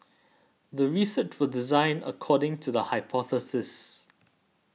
the research was designed according to the hypothesis